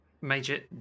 major